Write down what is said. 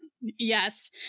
Yes